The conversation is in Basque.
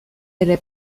ere